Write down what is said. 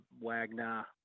Wagner